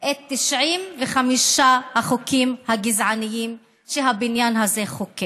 את 95 החוקים הגזעניים שהבניין הזה חוקק,